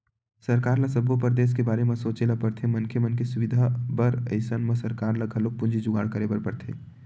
सरकार ल सब्बो परदेस के बारे म सोचे ल परथे मनखे मन के सुबिधा बर अइसन म सरकार ल घलोक पूंजी जुगाड़ करे बर परथे